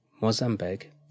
Mozambique